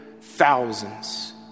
thousands